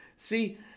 See